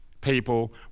people